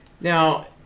Now